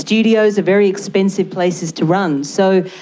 studios are very expensive places to run. so,